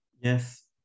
Yes